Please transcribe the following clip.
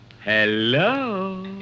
Hello